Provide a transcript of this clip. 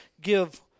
give